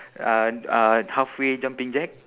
uh uh halfway jumping jack